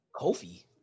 Kofi